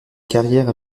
carrière